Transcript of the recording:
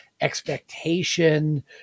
expectation